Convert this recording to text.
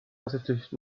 voraussichtlich